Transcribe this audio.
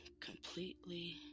completely